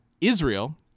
Israel